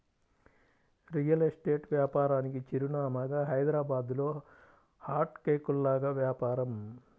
real estate వ్యాపారానికి చిరునామాగా హైదరాబాద్లో హాట్ కేకుల్లాగా వ్యాపారం